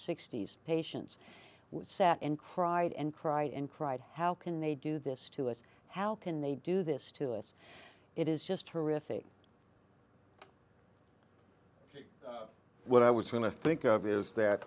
sixty's patients with sat and cried and cried and cried how can they do this to us how can they do this to us it is just horrific what i was going to think of is that